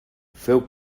feu